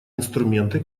инструменты